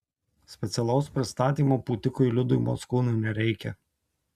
specialaus pristatymo pūtikui liudui mockūnui nereikia